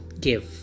give